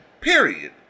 Period